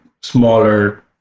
smaller